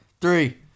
Three